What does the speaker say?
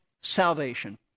salvation